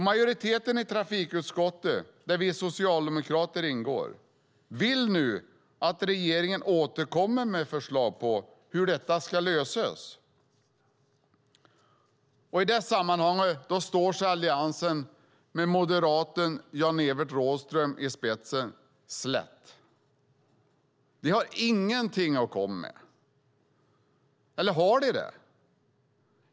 Majoriteten i trafikutskottet, där vi socialdemokrater ingår, vill nu att regeringen återkommer med ett förslag om hur detta ska lösas. I det sammanhanget står sig Alliansen med moderaten Jan-Evert Rådhström i spetsen slätt. De har ingenting att komma med, eller har de det?